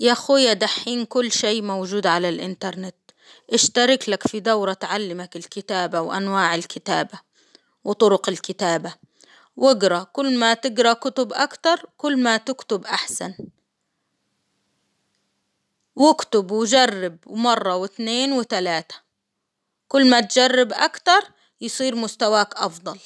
يا خويا دحين كل شي موجود على الإنترنت، اشترك لك في دورة تعلمك الكتابة وأنواع الكتابة، وطرق الكتابة، وإجرا كل ما تجرا كتب أكتر كل ما تكتب أحسن، واكتب وجرب مرة واثنين وثلاثة، كل ما تجرب أكتر، يصير مستواك أفضل.